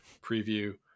preview